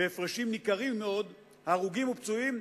בהפרשים ניכרים מאוד, הרוגים ופצועים,